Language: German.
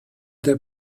der